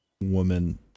woman